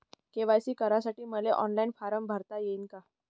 KYC करासाठी मले online form भरता येईन का?